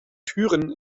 türen